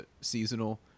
seasonal